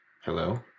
Hello